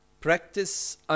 Practice